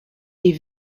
est